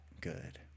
good